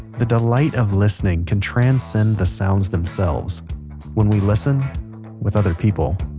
the delight of listening can transcend the sounds themselves when we listen with other people